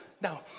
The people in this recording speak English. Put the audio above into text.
Now